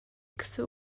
гэсэн